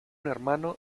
hermano